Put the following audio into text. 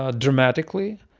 ah dramatically.